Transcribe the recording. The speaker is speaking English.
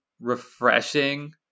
refreshing